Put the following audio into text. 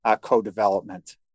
co-development